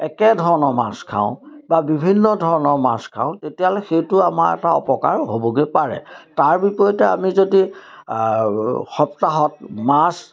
একেধৰণৰ মাছ খাওঁ বা বিভিন্ন ধৰণৰ মাছ খাওঁ তেতিয়াহ'লে সেইটো আমাৰ এটা অপকাৰ হ'বগৈ পাৰে তাৰ বিপৰীতে আমি যদি সপ্তাহত মাছ